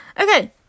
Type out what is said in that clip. okay